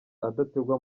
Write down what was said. adategwa